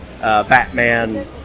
Batman